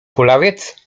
kulawiec